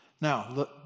Now